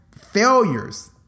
failures